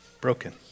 broken